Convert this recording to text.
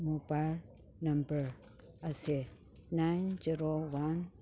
mobile number ꯑꯁꯦ nine zero one